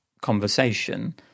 conversation